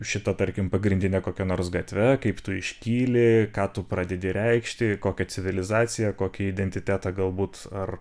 šita tarkim pagrindine kokia nors gatve kaip tu iškyli ką tu pradedi reikšti kokią civilizaciją kokį identitetą galbūt ar